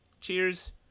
Cheers